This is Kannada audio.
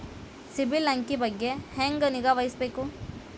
ಸಿಬಿಲ್ ಅಂಕಿ ಬಗ್ಗೆ ಹೆಂಗ್ ನಿಗಾವಹಿಸಬೇಕು?